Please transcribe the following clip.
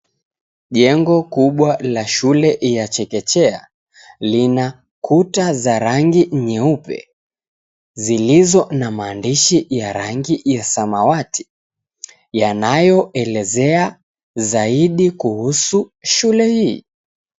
Jengo kubwa la shule ya chekechea lina kuta za rangi nyeupe zilizo na maandishi ya rangi ya samawati yanayoelezea zaidi kuhusu shule hii.